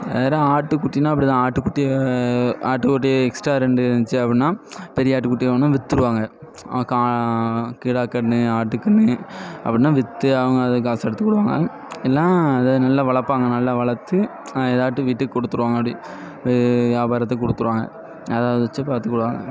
வேறே ஆட்டுக்குட்டினா அப்படிதான் ஆட்டுக்குட்டியை ஆட்டுக்குட்டி எக்ஸ்ட்ராக ரெண்டு இருந்துச்சு அப்படின்னா பெரிய ஆட்டுக்குட்டி வாங்கினா விற்றுருவாங்க கா கிடாக்கன்று ஆட்டுக்கன்று அப்படின்னா விற்று அவங்க அதை காசு எடுத்துக்கிடுவாங்க இல்லைனா அதை நல்லா வளர்ப்பாங்க நல்லா வளர்த்து எதாட்டும் வீட்டுக்கு கொடுத்துருவாங்க அப்படி வியாபாரத்துக்கு கொடுத்துருவாங்க ஏதாவது வச்சு பார்த்துக்குடுவாங்க